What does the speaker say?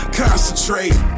concentrate